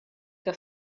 que